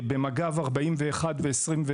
במג"ב - 41% ו-21%,